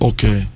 Okay